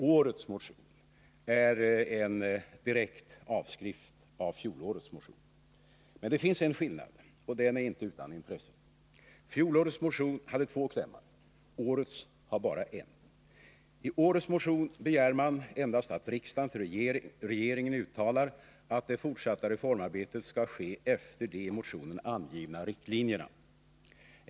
Årets motion är en direkt avskrift av fjolårets motion. Men det finns en skillnad, och den är inte utan intresse. Fjolårets motion hade två klämmar, årets har bara en. I årets motion begär man endast att riksdagen till regeringen uttalar att det fortsatta reformarbetet skall ske efter de i motionen angivna riktlinjerna.